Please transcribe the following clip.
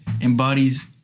embodies